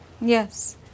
Yes